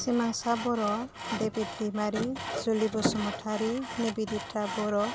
Simangsa Boro Devit Daimary Juli Basumatary Nebidita Bodo